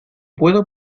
puedo